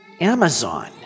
Amazon